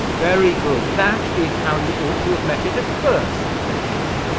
very good. that is how you ought to have met it at first, said gaunt.